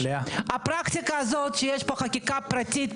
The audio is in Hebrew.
הפרקטיקה הזאת שיש פה חקיקה פרטית,